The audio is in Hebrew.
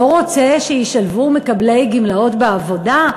לא רוצה שישלבו מקבלי גמלאות בעבודה?